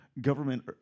Government